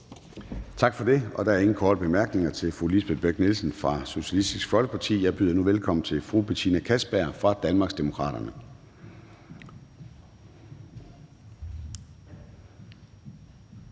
Tak for det. Der er ingen korte bemærkninger til fru Lisbeth Bech-Nielsen fra Socialistisk Folkeparti. Jeg byder nu velkommen til fru Betina Kastbjerg fra Danmarksdemokraterne.